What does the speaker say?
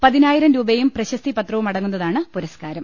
പതിനായിരം രൂപയും പ്രശസ്തി പത്രവും അടങ്ങുന്നതാണ് പുരസ്കാരം